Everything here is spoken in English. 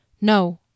No